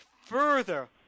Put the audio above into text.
further